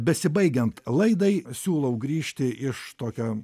besibaigiant laidai siūlau grįžti iš tokio